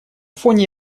фоне